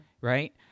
Right